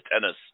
tennis